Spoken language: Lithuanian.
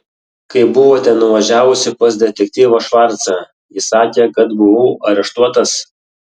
kai buvote nuvažiavusi pas detektyvą švarcą jis sakė kad buvau areštuotas